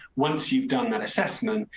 once you've done that assessment,